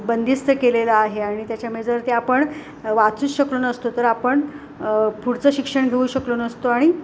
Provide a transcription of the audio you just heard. बंदिस्त केलेलं आहे आणि त्याच्यामुळे जर ते आपण वाचूच शकलो नसतो तर आपण पुढचं शिक्षण घेऊ शकलो नसतो आणि